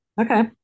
Okay